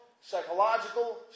psychological